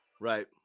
Right